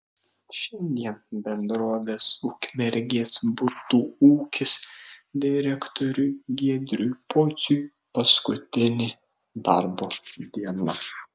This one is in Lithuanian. šiandien bendrovės ukmergės butų ūkis direktoriui giedriui pociui paskutinė darbo diena